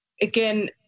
again